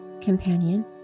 Companion